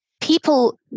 people